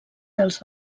dels